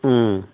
ம்